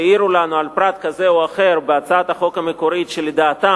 שהעירו לנו על פרט כזה או אחר בהצעת החוק המקורית שלדעתם